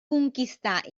conquistar